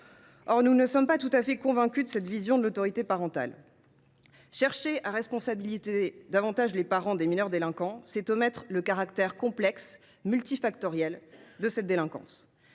toutefois pas tout à fait convaincus de la pertinence de cette vision de l’autorité parentale. Chercher à responsabiliser davantage les parents des mineurs délinquants, c’est omettre le caractère complexe, multifactoriel, de cette délinquance.